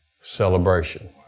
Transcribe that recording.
celebration